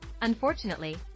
Unfortunately